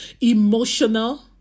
emotional